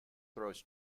throws